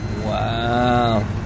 Wow